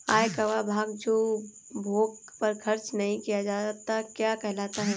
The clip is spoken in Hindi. आय का वह भाग जो उपभोग पर खर्च नही किया जाता क्या कहलाता है?